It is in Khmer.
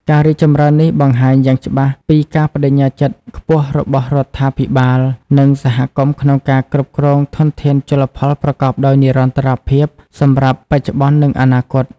ការរីកចម្រើននេះបង្ហាញយ៉ាងច្បាស់ពីការប្ដេជ្ញាចិត្តខ្ពស់របស់រដ្ឋាភិបាល និងសហគមន៍ក្នុងការគ្រប់គ្រងធនធានជលផលប្រកបដោយនិរន្តរភាពសម្រាប់បច្ចុប្បន្ន និងអនាគត។